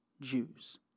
Jews